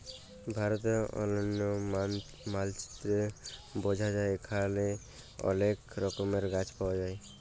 ভারতের অলন্য মালচিত্রে বঝা যায় এখালে অলেক রকমের গাছ পায়া যায়